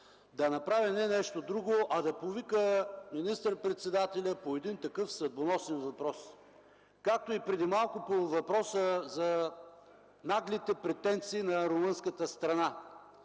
да направи не нещо друго, а да повика министър-председателя по един такъв съдбоносен въпрос, както и преди малко по въпроса за наглите претенции на румънската страна.